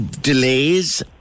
delays